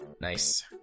Nice